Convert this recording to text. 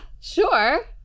sure